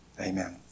Amen